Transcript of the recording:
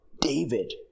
David